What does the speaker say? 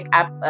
app